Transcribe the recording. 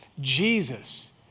Jesus